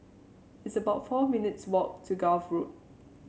it's about four minutes' walk to Gul Road